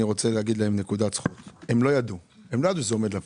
אני רוצה לומר עליהם נקודת זכות הם לא ידעו שזה עומד לפוג.